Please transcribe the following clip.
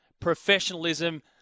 professionalism